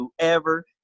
whoever